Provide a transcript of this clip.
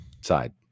side